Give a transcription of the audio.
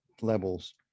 levels